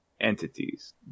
entities